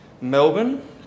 Melbourne